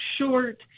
short